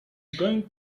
going